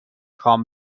خوام